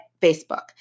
Facebook